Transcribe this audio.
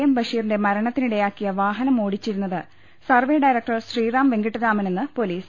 M ബഷീറിന്റെ മരണത്തിനിടയാക്കിയ വാഹനം ഓടിച്ചിരുന്നത് സർവെ ഡയ റക്ടർ ശ്രീറാം വെങ്കിട്ടരാമനെന്ന് പൊലീസ്